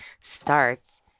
starts